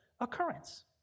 occurrence